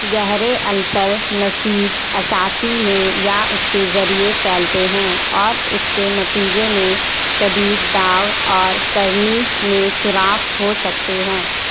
گہرے السر نسیج اساسی میں یا اس کے ذریعے پھیلتے ہیں اور اس کے نتیجے میں شدید داغ اور کرنی میں سوراخ ہو سکتے ہیں